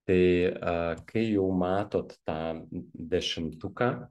tai a kai jau matot tą dešimtuką